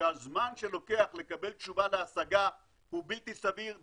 שהזמן שלוקח לקבל תשובה להשגה הוא בלתי סביר,